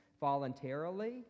voluntarily